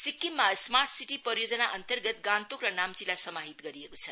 सिक्किममा smart city परियोजनाअन्तर्गत गान्तोक र नाम्चीलाई समाहित गरिएको छ